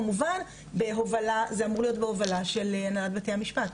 כמובן שזה אמור להיות בהובלת הנהלת בתי המשפט.